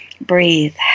breathe